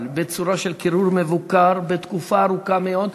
בצורה של קירור מבוקר לתקופה ארוכה מאוד.